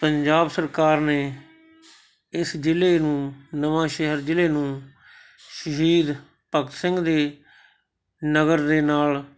ਪੰਜਾਬ ਸਰਕਾਰ ਨੇ ਇਸ ਜ਼ਿਲ੍ਹੇ ਨੂੰ ਨਵਾਂਸ਼ਹਿਰ ਜ਼ਿਲ੍ਹੇ ਨੂੰ ਸ਼ਹੀਦ ਭਗਤ ਸਿੰਘ ਦੇ ਨਗਰ ਦੇ ਨਾਲ